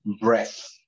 breath